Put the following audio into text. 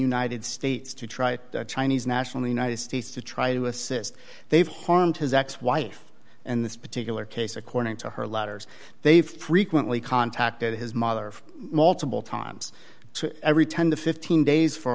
united states to try chinese national united states to try to assist they've harmed his ex wife and this particular case according to her letters they frequently contacted his mother multiple times every ten to fifteen days for